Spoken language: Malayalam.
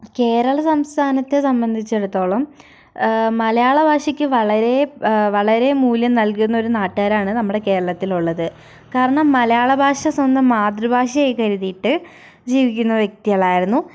കേരള സംസ്ഥാനത്തെ സംബന്ധിച്ചിടത്തോളം മലയാളഭാഷയ്ക്ക് വളരെ വളരെ മൂല്യം നൽകുന്നൊരു നാട്ടുകാരാണ് നമ്മുടെ കേരളത്തിലുള്ളത് കാരണം മലയാളഭാഷ സ്വന്തം മാതൃഭാഷയായി കരുതിയിട്ട് ജീവിക്കുന്ന വ്യക്തികളായിരുന്നു